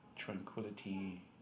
Tranquility